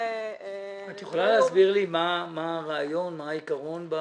את יכולה להסביר לי מה הרעיון, מה העיקרון?